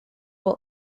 will